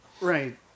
Right